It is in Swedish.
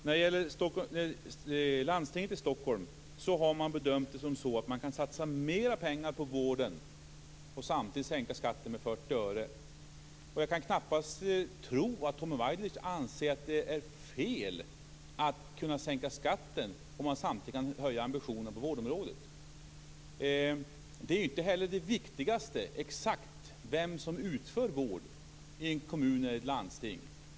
När det gäller landstinget i Stockholm har man bedömt att man kan satsa mer pengar på vården och samtidigt sänka skatten med 40 öre. Jag kan knappast tro att Tommy Waidelich anser att det är fel att sänka skatten om man samtidigt kan höja ambitionen på vårdområdet. Det viktigaste är inte heller exakt vem som utför vård i en kommun eller ett landsting.